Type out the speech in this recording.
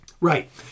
Right